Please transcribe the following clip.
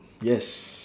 yes